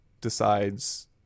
decides